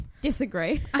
disagree